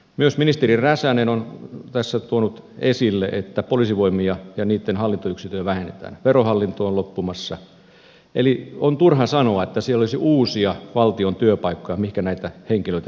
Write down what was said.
myös ministeri räsänen on tässä tuonut esille että poliisivoimia ja niitten hallintoyksikköjä vähennetään verohallinto on loppumassa eli on turha sanoa että siellä olisi uusia valtion työpaikkoja mihinkä näitä henkilöitä siirrettäisiin